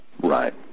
Right